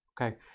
okay